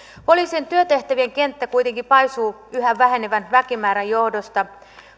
poliisin työtehtävien kenttä kuitenkin paisuu yhä vähenevän väkimäärän johdosta